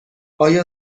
آیا